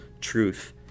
truth